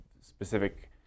specific